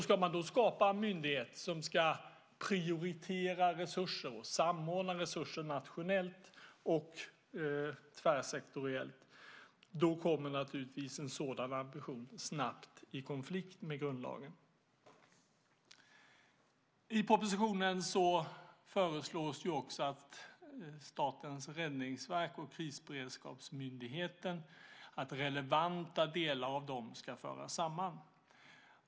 Ska man då skapa en myndighet som ska prioritera resurser och samordna resurser nationellt och tvärsektoriellt kommer naturligtvis en sådan ambition snabbt i konflikt med grundlagen. I propositionen föreslås också att relevanta delar av Statens räddningsverk och Krisberedskapsmyndigheten ska föras samman.